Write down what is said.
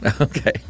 Okay